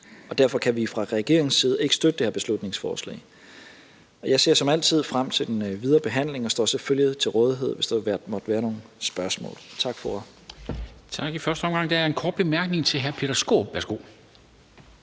Derfor kan vi fra regeringens side ikke støtte det her beslutningsforslag, og jeg ser som altid frem til den videre behandling og står selvfølgelig til rådighed, hvis der måtte være nogen spørgsmål. Tak for ordet. Kl. 12:37 Formanden (Henrik Dam Kristensen): Tak